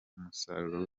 umusaruro